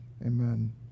Amen